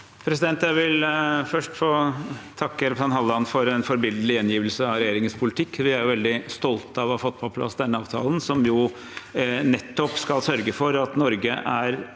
Jeg vil først få takke representanten Halleland for en forbilledlig gjengivelse av regjeringens politikk. Vi er veldig stolte av å ha fått på plass denne avtalen, som nettopp skal sørge for at Norge er